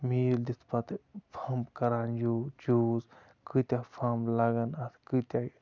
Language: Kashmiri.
میٖل دِتھ پَتہٕ پھمب کَران یوٗ چوٗز کۭتیاہ پھمب لَگن اَتھ کۭتیاہ